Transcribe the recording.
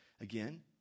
again